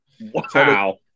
Wow